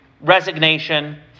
resignation